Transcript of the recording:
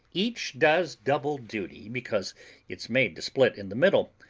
each does double duty because it's made to split in the middle,